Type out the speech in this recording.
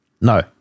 no